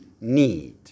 need